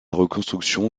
reconstruction